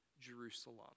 Jerusalem